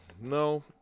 no